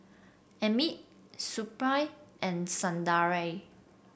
Amit Suppiah and Sundaraiah